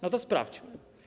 No to sprawdźmy.